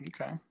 Okay